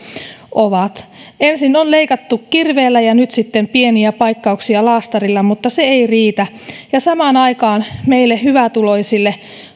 ensin on leikattu kirveellä ja nyt sitten tehdään pieniä paikkauksia laastarilla mutta se ei riitä samaan aikaan meille hyvätuloisille